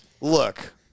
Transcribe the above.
look